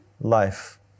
life